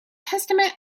testament